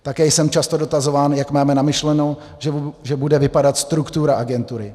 Také jsem často dotazován, jak máme vymyšleno, že bude vypadat struktura agentury.